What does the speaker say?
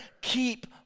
keep